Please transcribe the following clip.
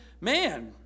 man